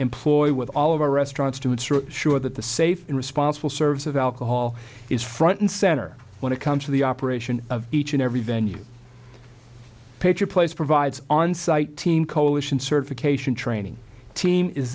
employ with all of our restaurant students are sure that the safe and responsible serves of alcohol is front and center when it comes to the operation of each and every venue pick your place provides on site team coalition certification training team is